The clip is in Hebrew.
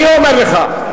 אני אומר לך,